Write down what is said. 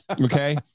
Okay